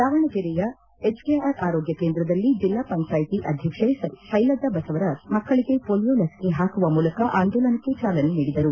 ದಾವಣಗೆರೆಯ ಪೆಚ್ಕೆಆರ್ ಆರೋಗ್ಯ ಕೇಂದ್ರದಲ್ಲಿ ಜಿಲ್ಲಾ ಪಂಚಾಯಿತಿ ಅಧ್ಯಕ್ಷೆ ಶೈಲಜಾ ಬಸವರಾಜ್ ಮಕ್ಕಳಗೆ ಮೋಲಿಯೊ ಲಸಿಕೆ ಹಾಕುವ ಮೂಲಕ ಆಂದೋಲನಕ್ಕೆ ಚಾಲನೆ ನೀಡಿದರು